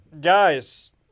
Guys